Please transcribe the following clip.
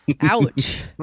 Ouch